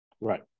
Right